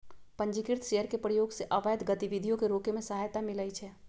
पंजीकृत शेयर के प्रयोग से अवैध गतिविधियों के रोके में सहायता मिलइ छै